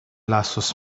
lasos